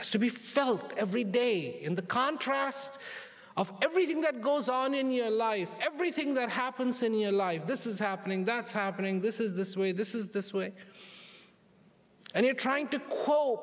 much to be felt every day in the contrast of everything that goes on in your life everything that happens in your life this is happening that's happening this is this way this is this way and you're trying to co